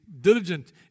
diligent